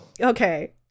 Okay